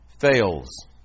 Fails